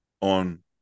on